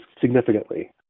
significantly